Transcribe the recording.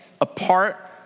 apart